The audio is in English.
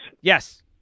yes